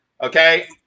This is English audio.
Okay